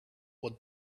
what